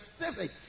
specific